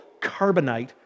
carbonite